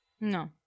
No